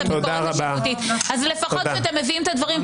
הביקורת השיפוטית אז לפחות אם אתם מביאים את הדברים,